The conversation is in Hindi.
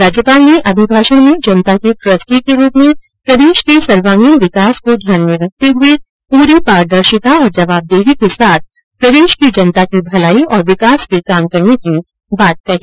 राज्यपाल ने अभिभाषण में जनता के ट्रस्टी के रूप में प्रदेश के सर्वांगीण विकास को ध्यान में रखते हुए पूर्ण पारदर्शिता तथा जवाबदेही के साथ प्रदेश की जनता की भलाई और विकास के काम करने की बात कही